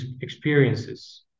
experiences